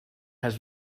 has